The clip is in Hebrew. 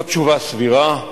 זו תשובה סבירה,